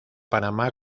panamá